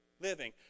living